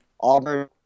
Auburn –